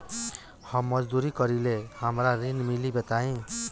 हम मजदूरी करीले हमरा ऋण मिली बताई?